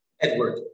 Edward